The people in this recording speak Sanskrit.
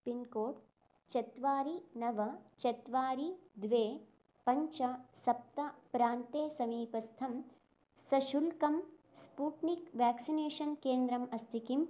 पिन्कोड् चत्वारि नव चत्वारि द्वे पञ्च सप्त प्रान्ते समीपस्थं सशुल्कं स्पूट्निक् व्याक्सिनेषन् केन्द्रम् अस्ति किम्